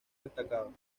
destacado